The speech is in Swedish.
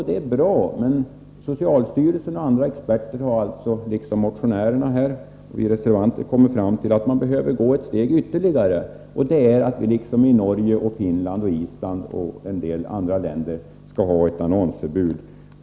Det är bra, men socialstyrelsen och andra experter har alltså liksom motionärerna och vi reservanter kommit fram till att man behöver gå ytterligare ett steg längre och att vi liksom Norge, Finland, Island och en del andra länder skall ha ett annonsförbud.